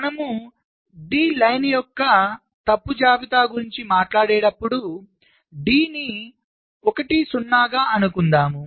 మనము D పంక్తి యొక్క తప్పు జాబితా గురించి మాట్లాడేటప్పుడు D నీ 1 0 గా అనుకుందాం